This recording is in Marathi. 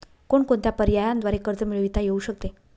कोणकोणत्या पर्यायांद्वारे कर्ज मिळविता येऊ शकते?